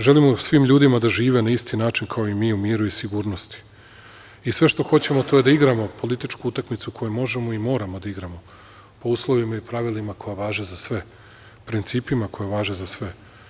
Želimo svim ljudima da žive na isti način, kao i mi, u miru i sigurnosti i sve što hoćemo to je da igramo političku utakmicu koju možemo i moramo da igramo po uslovima i pravilima koja važe za sve, po principa koja važe za sve.